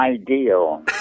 ideal